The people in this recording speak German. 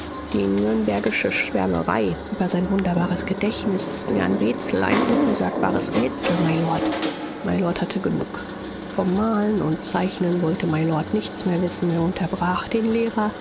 die nürnbergische schwärmerei über sein wunderbares gedächtnis ist mir ein rätsel ein unsagbares rätsel mylord mylord hatte genug vom malen und zeichnen wollte mylord nichts mehr wissen er unterbrach den lehrer